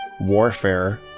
warfare